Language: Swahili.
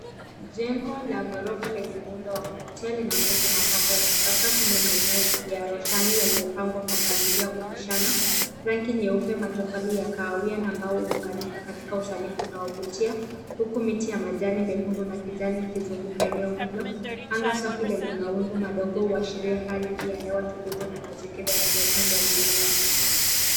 Jengo la ghorofa lenye muundo wa kuvutia linaonyesha mapambo ya kisasa kwenye maeneo ya roshani yaliyopangwa kwa mpangilio wa kupishana. Rangi nyeupe, matofali ya kahawia na mbao huunganika katika usanifu unaovutia, huku miti ya majani mekundu na kijani ikizunguka eneo hilo. Anga safi lenye mawingu madogo huashiria hali ya hewa tulivu na mazingira yaliyotunzwa vizuri.